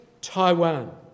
Taiwan